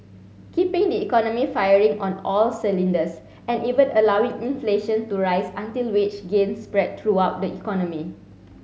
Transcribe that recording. keeping the economy firing on all cylinders and even allowing inflation to rise until wage gains spread throughout the economy